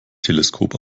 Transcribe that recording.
teleskop